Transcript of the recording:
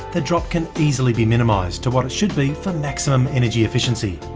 the drop can easily be minimised to what it should be for maximum energy efficiency.